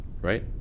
right